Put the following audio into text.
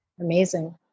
amazing